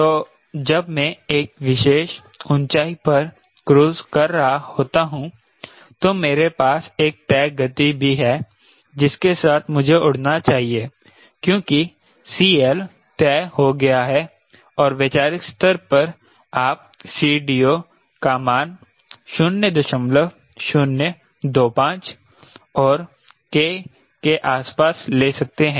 तो जब मैं एक विशेष ऊंचाई पर क्रूज़ कर रहा होता हूं तो मेरे पास एक तय गति भी है जिसके साथ मुझे उड़ना चाहिए क्योंकि CL तय हो गया है और वैचारिक स्तर पर आप CDO का मान 0025 और K के आसपास ले सकते हैं